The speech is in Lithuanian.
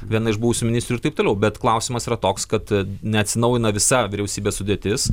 viena iš buvusių ministrių ir taip toliau bet klausimas yra toks kad neatsinaujina visa vyriausybės sudėtis